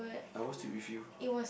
I watched it with you